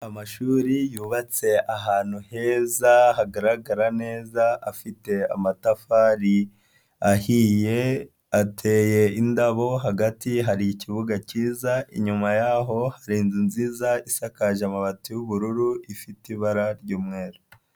Amashuri yubatse ahantu heza hagaragara neza afite amatafari, ahiye ateye indabo, hagati hari ikibuga cyiza, inyuma y'aho hari inzu nziza isakaje amabati y'ubururu ifite ibara ry'umweru.